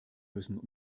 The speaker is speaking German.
müssen